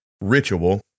ritual